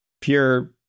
pure